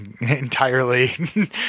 entirely